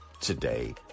today